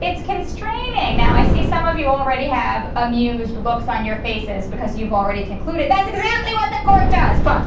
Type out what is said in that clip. it's constraining. now i see some of you already have amused looks on your faces because you've already concluded that's exactly what the court does. but